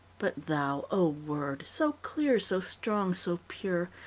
but thou, o word, so clear, so strong, so pure,